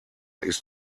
ist